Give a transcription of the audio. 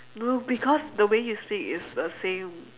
no because the way you speak is the same